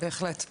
בהחלט,